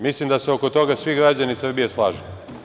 Mislim da se oko toga svi građani Srbije slažu.